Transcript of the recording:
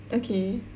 okay